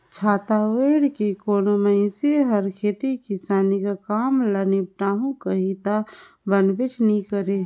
छाता ओएढ़ के कोनो मइनसे हर खेती किसानी कर काम ल निपटाहू कही ता बनबे नी करे